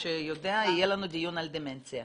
יהיה לנו דיון על דמנציה.